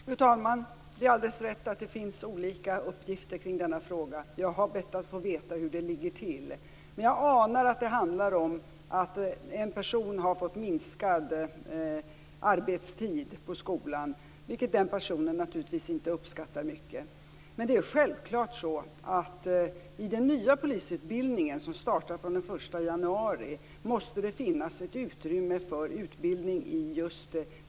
Fru talman! Det är alldeles riktigt att det finns olika uppgifter kring denna fråga. Jag har bett att få veta hur det ligger till. Men jag anar att det handlar om att en person har fått minskad arbetstid på skolan, vilket den personen naturligtvis inte uppskattar särskilt mycket. Det är självklart att det måste finnas utrymme för utbildning i just miljöbrott i den nya polisutbildningen som startar den 1 januari.